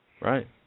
Right